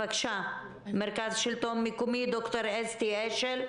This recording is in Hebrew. בבקשה, מרכז השלטון המקומי, ד"ר אסתי אשל.